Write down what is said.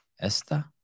Esta